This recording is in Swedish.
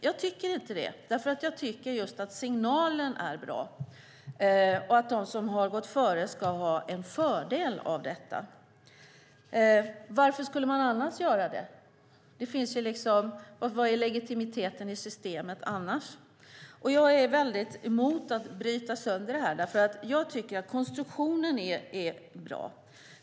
Jag tycker inte det, därför att jag tycker just att signalen är bra och att de som har gått före ska ha en fördel på grund av detta. Varför skulle de annars göra det? Vad är legitimiteten i systemet annars? Jag är emot att bryta sönder det här, därför att jag tycker att konstruktionen är bra.